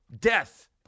death